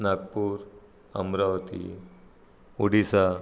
Nagpur Amravati Odisha